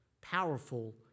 powerful